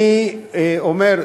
אני אומר,